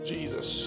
Jesus